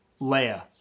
Leia